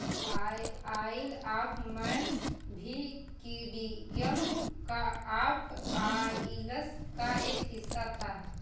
I isle of Man भी किडियम का आफ आइलस का एक हिस्सा था